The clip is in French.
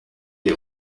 les